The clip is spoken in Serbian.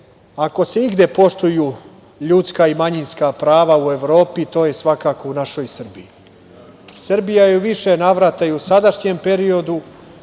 ako se igde poštuju ljudska i manjinska prava u Evropi, to je svakako u našoj Srbiji. Srbija je u više navrata i u sadašnjem periodu